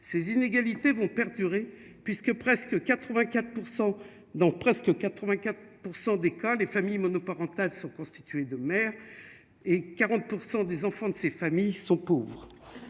ces inégalités vont perdurer puisque presque 84 % donc presque 84 % des cas, les familles monoparentales sont constitués de mer et 40 % des enfants de ces familles. Sont pauvres,